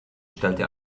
stellte